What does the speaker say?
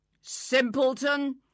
Simpleton